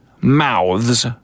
mouths